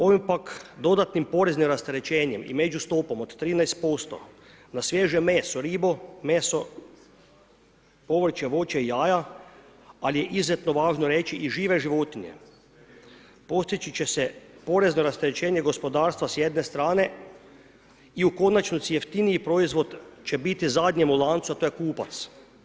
Ovim pak dodatnim poreznim rasterećenjem i među stopom od 13% na svježe meso, ribu, povrće, voće i jaja, ali izuzetno važno reći i žive životinje, postojeće će se porezno rasterećenje gospodarstva s jedne strane i u konačnici jeftiniji proizvod će biti zadnjem u lancu, a to je kupac.